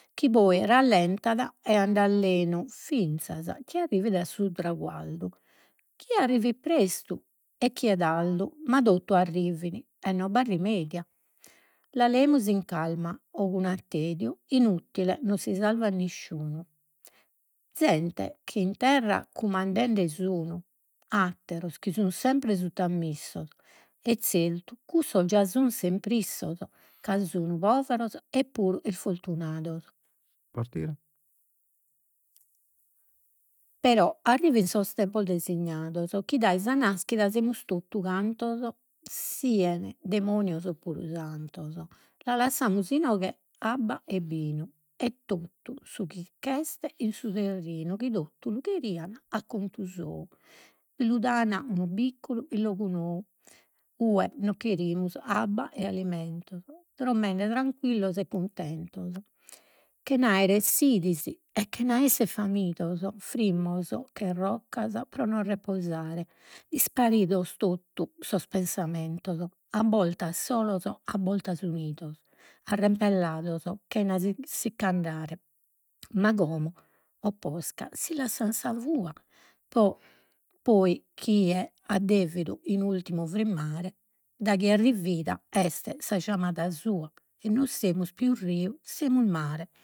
Chi poi rallentat e andat lenu finzas chi arrivit a su traguardu. Chie arrivit e chie tardu ma totu arrivin e non b'at la leemus in calma o cun attediu, nutile non si salvat nisciunu. Zente chi in terra cumandende sun, atteros chi sun sempre e zertu cussos già sun sempre issos, ca sun poveros e puru isfortunados. Però arrivin sos tempos designados chi dae sa naschida semus totu cantos demonios oppuru santos, la lassamus inoghe abba e binu. E totu su 'este in su terrinu chi totu lu cherian a contu sou, lu dan unu bicculu in logu nou, 'ue non cherimus abba e alimentos. Drommende tranquillos e cuntentos, chen'aere sidis e chen'essere famidos, frimmos che roccas pro nos reposare, isparidos totu sos pensamentos, a boltas solos a boltas unidos arrempellados chena sicc'andare. Ma como o posca si lassan sa fua poi chie at devidu in ultimu frimmare, daghi arrivida est sa giamada sua, e non semus pius riu, semus mare.